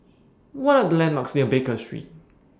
What Are The landmarks near Baker Street